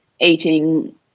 eating